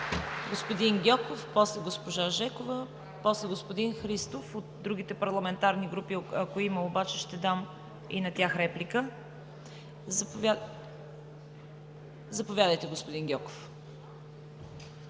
господин Гьоков, после госпожа Жекова, после господин Христов. От другите парламентарни групи, ако има, ще дам и на тях реплика. Заповядайте, господин Гьоков.